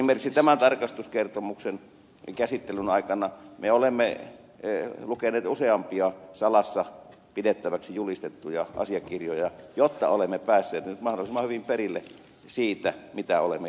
esimerkiksi tämän tarkastuskertomuksen käsittelyn aikana me olemme lukeneet useampia salassa pidettäväksi julistettuja asiakirjoja jotta olemme päässeet nyt mahdollisimman hyvin perille siitä mitä olemme kirjoittaneet